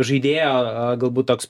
žaidėjo galbūt toks